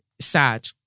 Sad